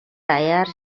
даяар